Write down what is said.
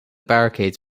barricades